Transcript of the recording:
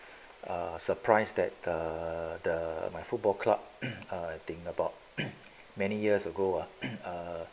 uh surprised that the the my football club thing about many years ago uh